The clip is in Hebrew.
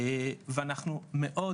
ואנחנו מאוד,